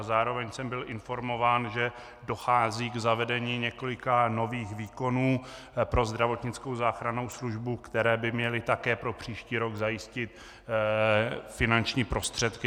Zároveň jsem byl informován, že dochází k zavedení několika nových výkonů pro zdravotnickou záchranou službu, které by měly také zajistit finanční prostředky.